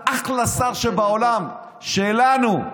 אתה אחלה שר שבעולם, שלנו.